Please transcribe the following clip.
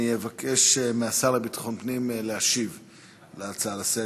אני אבקש מהשר לביטחון הפנים להשיב על ההצעה לסדר.